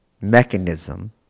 mechanism